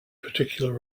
particular